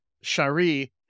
Shari